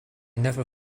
never